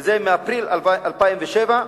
וזה מאפריל 2007,